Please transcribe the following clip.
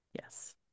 yes